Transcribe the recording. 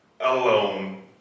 alone